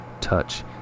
touch